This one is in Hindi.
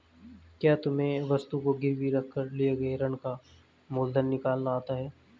क्या तुम्हें वस्तु को गिरवी रख कर लिए गए ऋण का मूलधन निकालना आता है?